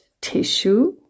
tissue